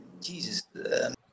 Jesus